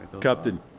Captain